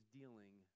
dealing